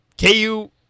KU